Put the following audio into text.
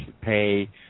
pay